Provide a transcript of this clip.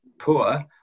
poor